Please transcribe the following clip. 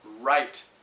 right